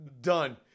Done